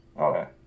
Okay